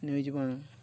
news ᱵᱚᱱ